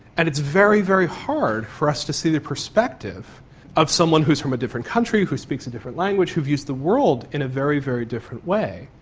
and it's very, very hard for us to see the perspective of someone who is from a different country, who speaks a different language, who views the world in a very, very different way.